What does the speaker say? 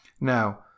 Now